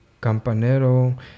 Campanero